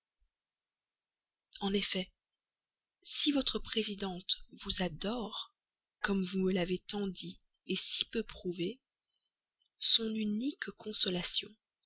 en effet si votre présidente vous adore comme vous me l'avez tant dit si peu prouvé son unique consolation